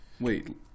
Wait